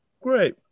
Great